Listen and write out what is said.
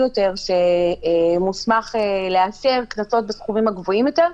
יותר שמוסמך לאשר קנסות בסכומים הגבוהים יותר,